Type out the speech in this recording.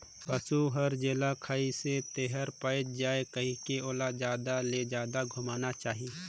पसु हर जेला खाइसे तेहर पयच जाये कहिके ओला जादा ले जादा घुमाना चाही